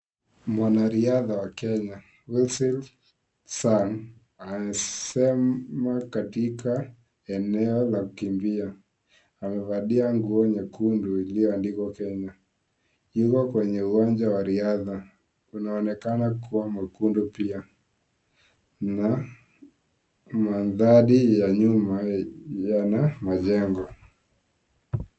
Mwanariadha wa Kenya Wilson Sang anasimama katika eneo la kukimbia. Amevalia nguo nyekundu iliyoandikwa "Kenya". Yuko kwenye uwanja wa riadha. Anaonekana kuwa mwekundu pia na maandhari ya nyuma yana majengo.